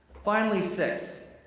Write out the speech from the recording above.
finally, six.